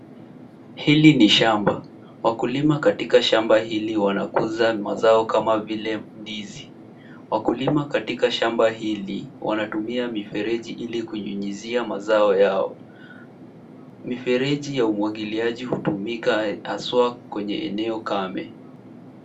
Hili ni shamba. Wakulima katika shamba hili wanakuza mazao kama vile ndizi. Wakulima katika shamba hili wanatumia mifereji ili kunyunyuzia mazao yao. Mifereji ya umwagiliaji hutumika haswa kwenye eneo kame.